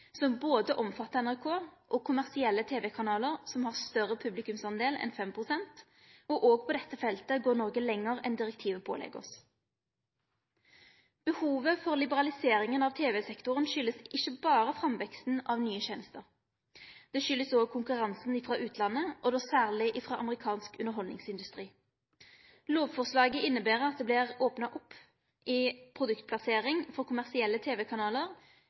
omfattar både NRK og kommersielle tv-kanalar som har større publikumsdel enn 5 pst., og òg på dette feltet går Noreg lenger enn direktivet pålegg oss. Behovet for liberaliseringa av tv-sektoren kjem ikkje berre av framveksten av nye tenester. Det kjem òg av konkurransen frå utlandet, særleg frå amerikansk underhaldningsindustri. Lovforslaget inneber at det vert opna opp for produktplassering for kommersielle